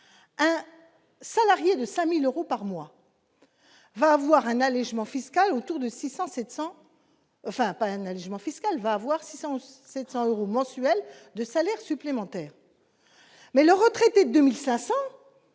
un salarié de 5000 euros par mois va avoir un allégement fiscal autour de 600 700 enfin, par un allégement fiscal va avoir 600 ou 700 euros mensuels de salaire supplémentaire mais le retrait des 2500